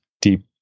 deep